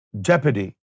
jeopardy